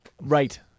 Right